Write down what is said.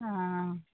অঁ